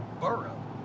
Burrow